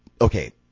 okay